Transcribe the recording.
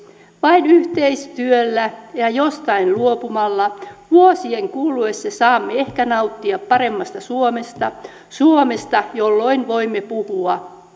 vain yhteistyöllä ja ja jostain luopumalla vuosien kuluessa saamme ehkä nauttia paremmasta suomesta suomesta jolloin voimme puhua